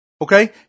Okay